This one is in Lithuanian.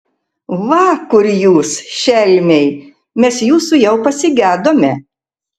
va kur jūs šelmiai mes jūsų jau pasigedome